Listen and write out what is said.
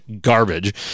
garbage